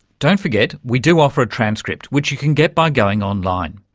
don't forget we do offer a transcript which you can get by going online,